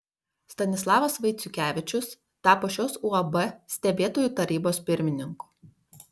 stanislovas vaiciukevičius tapo šios uab stebėtojų tarybos pirmininku